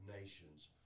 nations